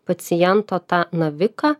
paciento tą naviką